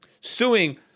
suing